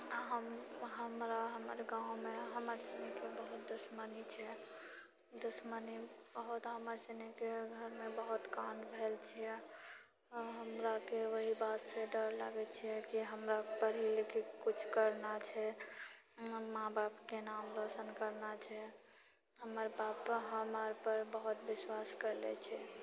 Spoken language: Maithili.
हम हमरा हमर गाँवमे हमर सुनीके छै दुश्मनी छै दुश्मनी बहुत हमर सुनीके घरमे बहुत काण्ड भेल छियै आओर हमराके ओइ बातसँ डर लागै छियै कि हमरा पढ़ि लिखी के किछु करना छै हमर माँ बापके नाम रौशन करना छै हमर पापा हमरपर बहुत विश्वास करले छै